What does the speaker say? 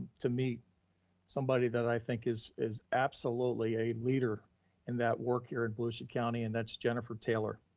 to meet somebody that i think is is absolutely a leader in that work here in volusia county and that's jennifer taylor.